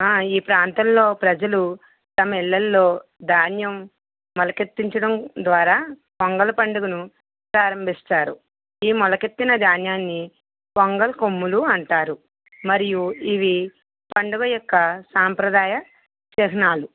ఈ ప్రాంతంలో ప్రజలు తమ ఇళ్ళల్లో ధాన్యం మొలకెత్తించడం ద్వారా పొంగలి పండుగను ప్రారంభిస్తారు ఈ మొలకెత్తిన ధాన్యాన్ని పొంగలి కొమ్ములు అంటారు మరియు ఇవి పండుగ యొక్క సాంప్రదాయ చిహ్నాలు